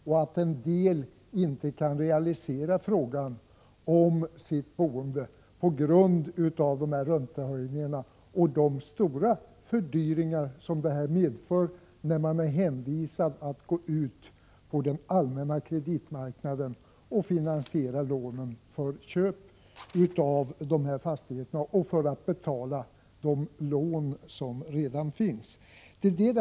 Andra kan inte realisera sina planer beträffande boendet på grund av de stora S Om räntehöjningfördyringar det medför att vara hänvisad till den allmänna kreditmarknaden = onsb etydelse för för att finansiera lånet till köp av fastigheten och för att betala de lån som förvärv och under redan finns. Det är detta det handlar om.